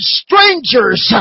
strangers